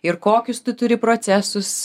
ir kokius tu turi procesus